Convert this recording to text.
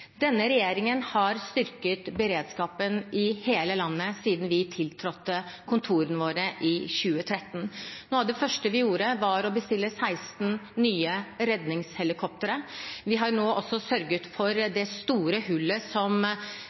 Denne regjeringen har styrket beredskapen i hele landet siden vi tiltrådte kontorene våre i 2013. Noe av det første vi gjorde, var å bestille 16 nye redningshelikoptre. Vi har nå også sørget for det store hullet som